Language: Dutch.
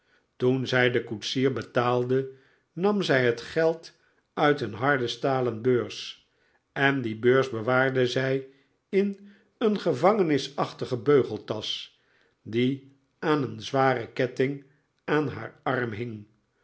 toen zij den koetsier betaalde nam zij het geld uit een harde stalen beurs en die beurs bewaarde zij in een gevangenisachtige beugeltasch die aan een zwaren ketting aan haar arm hing